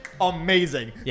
amazing